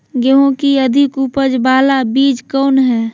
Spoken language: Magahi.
गेंहू की अधिक उपज बाला बीज कौन हैं?